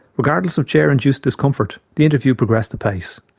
regardless of chair induced discomfort, the interview progressed apace,